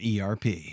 ERP